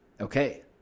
okay